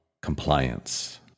compliance